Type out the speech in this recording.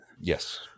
Yes